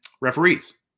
referees